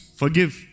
forgive